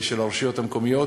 של הרשויות המקומיות